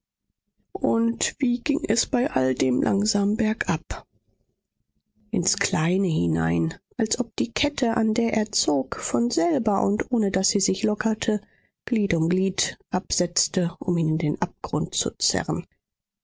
und wie ging es bei alldem langsam bergab ins kleine hinein als ob die kette an der er zog von selber und ohne daß sie sich lockerte glied um glied absetzte um ihn in den abgrund zu zerren